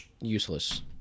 useless